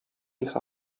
ich